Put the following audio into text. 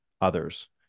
others